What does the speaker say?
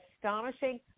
astonishing